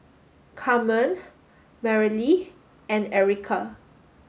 Carmen Mareli and Erica